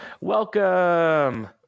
Welcome